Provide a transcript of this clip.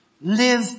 live